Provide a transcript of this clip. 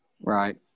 Right